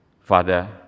Father